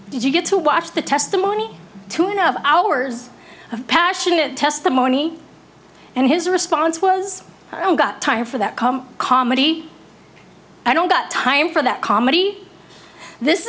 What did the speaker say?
did you get to watch the testimony two now of hours of passionate testimony and his response was i don't got time for that calm comedy i don't got time for that comedy this